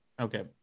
Okay